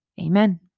Amen